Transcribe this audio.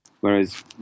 Whereas